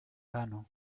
cano